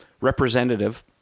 representative